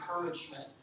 encouragement